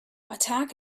attack